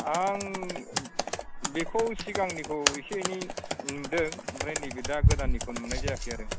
आं बेखौ सिगांनिखौ एसे एनै नुदों ओमफ्राय नैबे दा गोदाननिखौ नुनाय जायाखै आरो